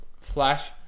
Flash